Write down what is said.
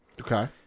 Okay